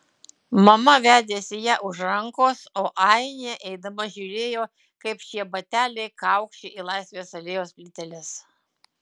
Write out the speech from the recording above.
mama vedėsi ją už rankos o ainė eidama žiūrėjo kaip šie bateliai kaukši į laisvės alėjos plyteles